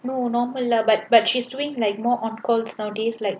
no normal lah but but she's doing like more on calls nowadays like